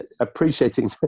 appreciating